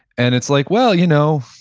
and it's like, well, you know,